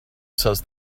says